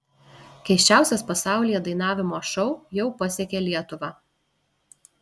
keisčiausias pasaulyje dainavimo šou jau pasiekė lietuvą